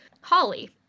Holly